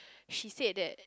she said that